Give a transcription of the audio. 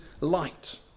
light